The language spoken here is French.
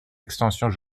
extensions